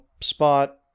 spot